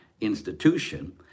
institution